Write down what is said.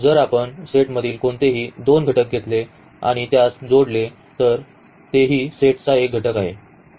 जर आपण सेटमधील कोणतेही दोन घटक घेतले आणि त्यास जोडले तर तेही सेटचा एक घटक आहे